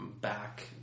back